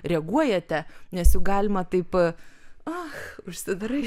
reaguojate nes juk galima taip ach užsidarai